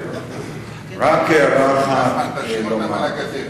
רק הערה אחת,